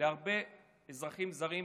להרבה אזרחים זרים